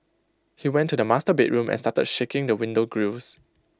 he went to the master bedroom and started shaking the window grilles